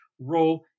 role